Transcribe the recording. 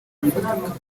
rufatika